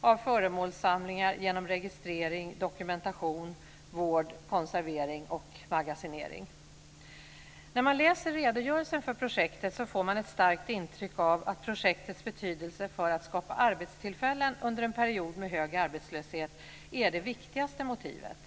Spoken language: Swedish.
för föremålssamlingar genom registrering, dokumentation, vård, konservering och magasinering. När man läser redogörelsen för projektet får man ett starkt intryck av att projektets betydelse för att skapa arbetstillfällen under en period med hög arbetslöshet är det viktigaste motivet.